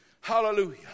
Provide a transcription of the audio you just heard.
Hallelujah